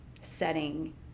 setting